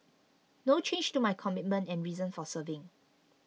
no change to my commitment and reason for serving